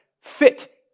fit